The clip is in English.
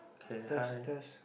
test test